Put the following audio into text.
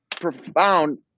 profound